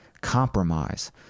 Compromise